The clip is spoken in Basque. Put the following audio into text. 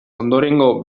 ondorengo